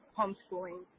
homeschooling